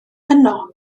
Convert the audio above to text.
yno